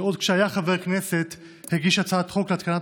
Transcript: שעוד כשהיה חבר כנסת הגיש הצעת חוק להתקנת